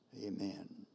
Amen